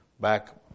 back